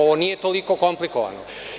Ovo nije toliko komplikovano.